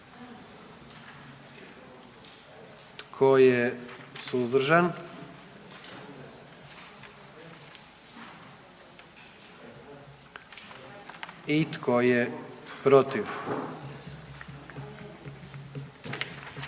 Tko je suzdržan? I tko je protiv?